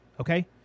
okay